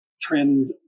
trend